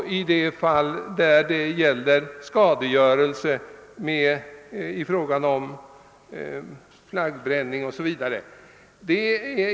Detta gäller även flaggbränning och liknande förseelser.